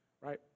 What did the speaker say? right